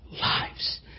lives